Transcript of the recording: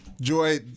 joy